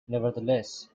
nevertheless